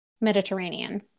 Mediterranean